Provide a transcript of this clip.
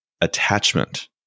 attachment